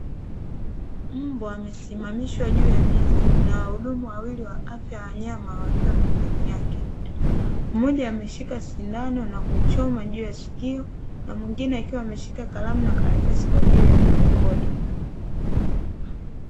Mbwa amesimamishwa juu ya meza, na wahudumu wawili wa afya ya wanyama wakiwa pembeni yake. Mmoja ameshika sindano na kuchoma juu ya sikio, na mwingine akiwa ameshika kalamu na karatasi kwa ajili ya kurekodi.